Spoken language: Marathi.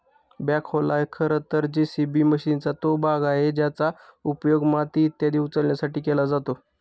बॅखोला खरं तर जे.सी.बी मशीनचा तो भाग आहे ज्याचा उपयोग माती इत्यादी उचलण्यासाठी केला जातो